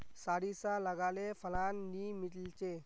सारिसा लगाले फलान नि मीलचे?